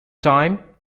time